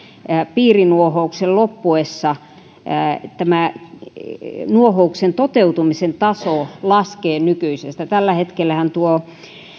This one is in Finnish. piirinuohouksen loppuessa nuohouksen toteutumisen taso laskee nykyisestä tällä hetkellähän tuo